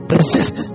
resist